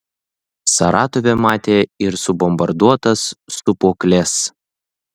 saratove matė ir subombarduotas sūpuokles